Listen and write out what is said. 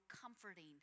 comforting